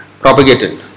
propagated